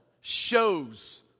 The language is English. shows